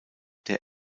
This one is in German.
der